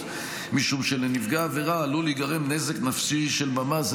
משום שלנפגע העבירה עלול להיגרם נזק נפשי של ממש,